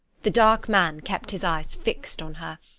the dark man kept his eyes fixed on her,